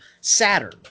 Saturn